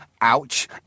ouch